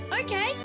Okay